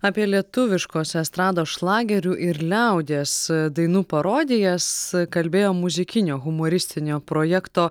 apie lietuviškos estrados šlagerių ir liaudies dainų parodijas kalbėjo muzikinio humoristinio projekto